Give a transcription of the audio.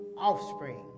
offspring